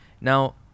Now